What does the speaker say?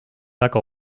väga